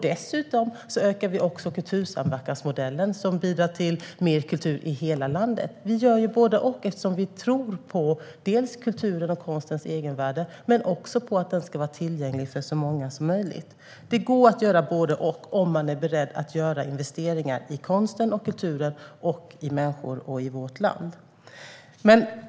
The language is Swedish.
Dessutom ökar vi kultursamverkansmodellen, som bidrar till mer kultur i hela landet. Vi gör både och, eftersom vi tror dels på kulturens och konstens egenvärde, dels på att den ska vara tillgänglig för så många som möjligt. Det går att göra både och, om man är beredd att göra investeringar i konsten och kulturen och i människor och vårt land.